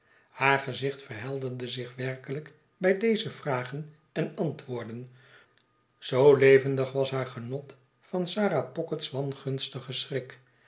haar gezicht verhelderde zich werkelijk bij deze vragen en antwoorden zoo levendig was haar genot van sarah pocket's wangunstigen schrik